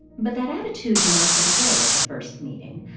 but that attitude melted away at the first meeting.